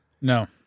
No